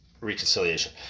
Reconciliation